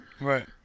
Right